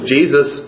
Jesus